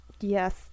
Yes